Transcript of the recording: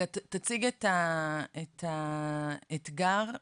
וחברת צ'רלטון לא מנגישה את התכנים שלה.